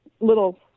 Little